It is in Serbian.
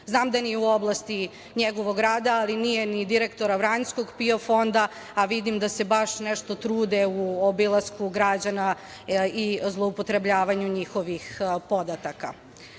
Znam da nije u oblasti njegovog rada, ali nije ni direktora vranjskog PIO fonda, a vidim da se baš nešto trude u obilasku građana i zloupotrebljavanju njihovih podataka. Na